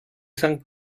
san